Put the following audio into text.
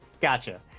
Gotcha